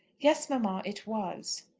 yes, mamma it was.